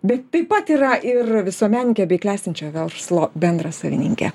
bet taip pat yra ir visuomenininkė bei klestinčio verslo bendrasavininkė